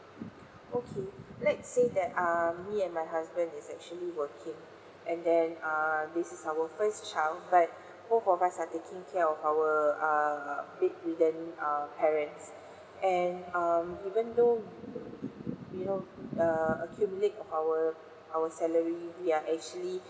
okay let's say that um me and my husband is actually working and then err this is our first child but both of us are taking care of our err bedridden uh parents and um even though you know err accumulate of our our salary we are actually